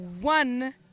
one